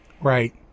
Right